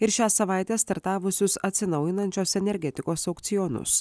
ir šią savaitę startavusius atsinaujinančios energetikos aukcionus